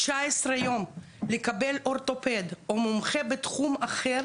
19 יום לקבלת אורתופד או מומחה בתחום אחר